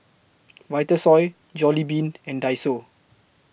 Vitasoy Jollibean and Daiso